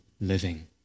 living